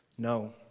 No